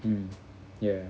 mm ya